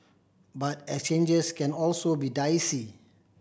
but exchanges can also be dicey